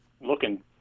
looking